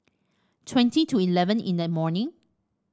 twenty to eleven in the morning